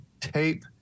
tape